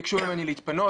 ביקשו ממני להתפנות,